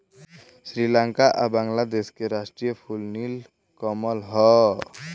श्रीलंका आ बांग्लादेश के राष्ट्रीय फूल नील कमल ह